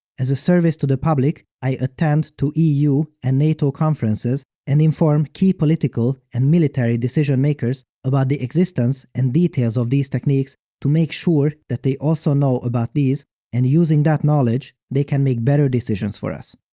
as a service to the public, i attend to eu and nato conferences, and inform key political and military decision makers about the existence and details of these techniques to make sure that they also know about these and using that knowledge, they can make better decisions for us.